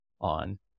on